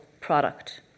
product